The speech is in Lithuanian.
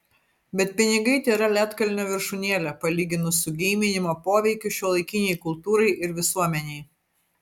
bet pinigai tėra ledkalnio viršūnėlė palyginus su geiminimo poveikiu šiuolaikinei kultūrai ir visuomenei